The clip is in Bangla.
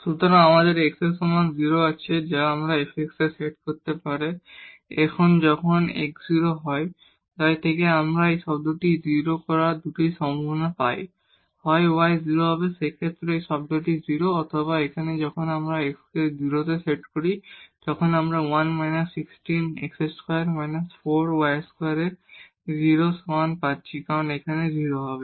সুতরাং আমাদের x এর সমান 0 আছে যা এই fx তে সেট করতে পারে এবং এখন যখন x 0 হয় তাই এখান থেকে আমরা এই টার্মটি 0 করার দুটি সম্ভাবনা পাই হয় y হবে 0 সেক্ষেত্রেও এই টার্মটি হবে 0 অথবা এখানে যখন আমরা x কে 0 সেট করি তখন আমরা এই 1−16 x2−4 y2 কে 0 এর সমান পাচ্ছি কারণ x এখানে 0 হবে